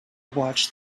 watched